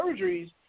surgeries